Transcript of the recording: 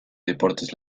deportes